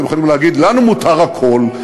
אתם יכולים להגיד: לנו מותר הכול,